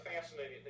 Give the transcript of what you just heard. fascinating